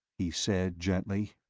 he said gently.